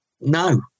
no